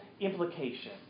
implication